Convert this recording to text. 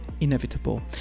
inevitable